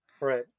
Right